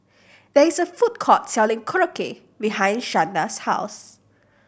there is a food court selling Korokke behind Shanda's house